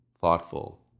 thoughtful